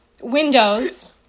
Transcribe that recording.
windows